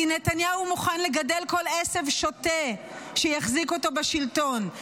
כי נתניהו מוכן לגדל כל עשב שוטה שיחזיק אותו בשלטון,